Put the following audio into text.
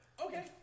Okay